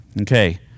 Okay